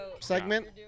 segment